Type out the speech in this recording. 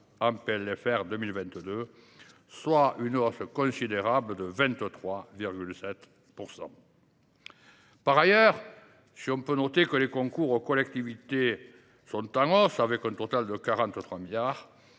pour 2022 soit une hausse considérable de 23,7 %. Par ailleurs, si l’on peut noter que les concours aux collectivités sont en hausse, avec un total de 43 milliards